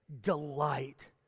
delight